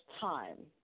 time